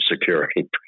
security